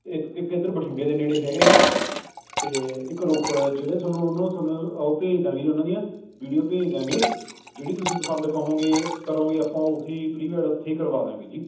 ਇੱਕ ਇੱਧਰ ਬਠਿੰਡਾ ਦੇ ਨੇੜੇ ਹੈਗਾ ਜੀ ਅਤੇ ਇੱਕ ਰੋਪੜ ਜਿਹੜੇ ਤੁਹਾਨੂੰ ਉਹ ਨਾ ਤੁਹਾਨੂੰ ਉਹ ਭੇਜ ਦਾਂਗੇ ਉਹਨਾਂ ਦੀਆਂ ਵੀਡੀਓ ਭੇਜ ਦਿਆਂਗੇ ਜਿਹੜੀ ਤੁਸੀਂ ਪਸੰਦ ਕਹੋਗੇ ਕਰੋਂਗੇ ਆਪਾਂ ਉਹੀ ਪ੍ਰੀ ਵੈਡ ਉੱਥੇ ਹੀ ਕਰਵਾ ਦਾਂਗੇ ਜੀ